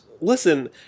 listen